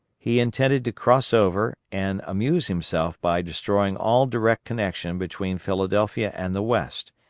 he intended to cross over and amuse himself by destroying all direct connection between philadelphia and the west,